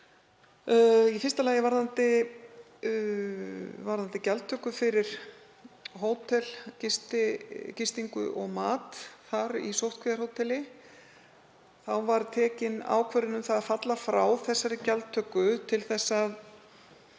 Í fyrsta lagi varðandi gjaldtöku fyrir hótelgistingu og mat í sóttkvíarhóteli var tekin ákvörðun um að falla frá þeirri gjaldtöku til að